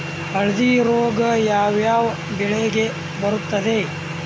ಹಳದಿ ರೋಗ ಯಾವ ಯಾವ ಬೆಳೆಗೆ ಬರುತ್ತದೆ?